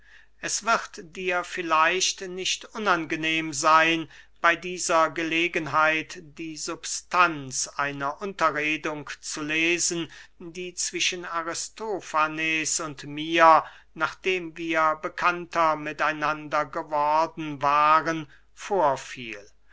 es wird dir vielleicht nicht unangenehm seyn bey dieser gelegenheit die substanz einer unterredung zu lesen die zwischen aristofanes und mir nachdem wir bekannter mit einander geworden waren vorfiel